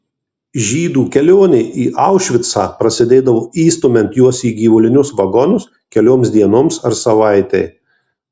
žydų kelionė į aušvicą prasidėdavo įstumiant juos į gyvulinius vagonus kelioms dienoms ar savaitei